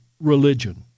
religion